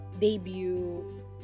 debut